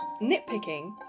nitpicking